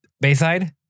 Bayside